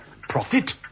profit